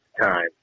time